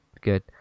good